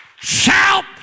Shout